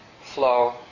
flow